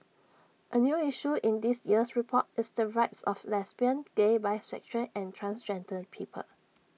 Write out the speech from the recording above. A new issue in this year's report is the rights of lesbian gay bisexual and transgender people